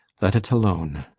let't alone.